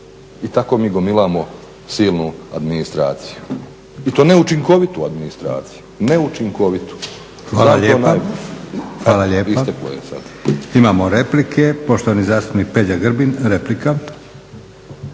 i tako mi gomilamo silnu administraciju i to ne učinkovitu administraciju, ne učinkovitu. **Leko, Josip (SDP)** Hvala lijepa. Imamo replike, poštovani zastupnik Peđa Grbin, replika.